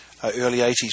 early-'80s